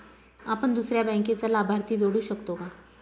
आपण दुसऱ्या बँकेचा लाभार्थी जोडू शकतो का?